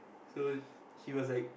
so he was like